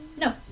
No